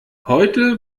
heute